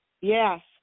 yes